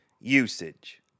Usage